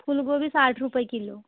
फ़ूल गोभी साठ रुपए किलो